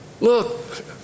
Look